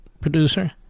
Producer